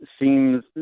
seems